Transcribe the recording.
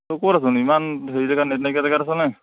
তই ক'ত আছ'নো ইমান হেৰি জেগা নেট নাইকিয়া জেগাত আছ'নে